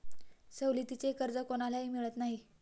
सवलतीचे कर्ज कोणालाही मिळत नाही